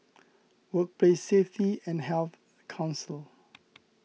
Workplace Safety and Health Council